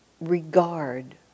regard